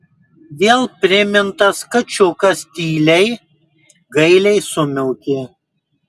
vėl primintas kačiukas tyliai gailiai sumiaukė